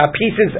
pieces